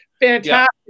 Fantastic